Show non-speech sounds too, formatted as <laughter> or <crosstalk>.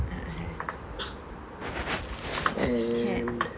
<noise> can